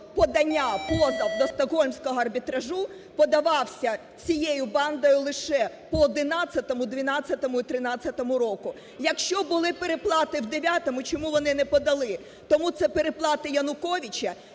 подання, позов до Стокгольмського арбітражу подавався цією бандою лише по 2011, 2012 і 2013 роках. Якщо були переплати в 2009-у, чому вони не подали? Тому це переплати Януковича,